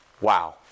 Wow